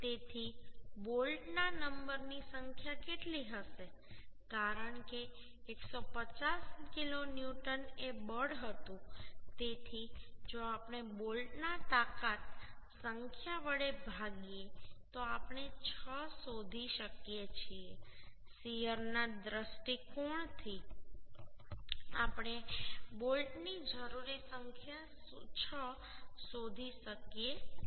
તેથી બોલ્ટના નંબરની સંખ્યા કેટલી હશે કારણ કે 150 કિલોન્યુટન એ બળ હતું તેથી જો આપણે બોલ્ટના તાકાત સંખ્યા વડે ભાગીએ તો આપણે 6 શોધી શકીએ છીએ શીયર ના દૃષ્ટિકોણ થી આપણે બોલ્ટની જરૂરી સંખ્યા 6 શોધી શકીએ છીએ